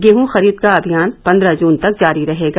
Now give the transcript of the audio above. गेहूँ खरीद का अमियान पन्द्रह जून तक जारी रहेगा